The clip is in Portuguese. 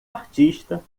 artista